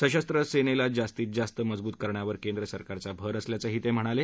सशस्त्र सेनेला जास्तीत जास्त मजवूत करण्यावर केंद्रसरकारचा भर असल्याचंही ते म्हणाले